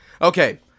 Okay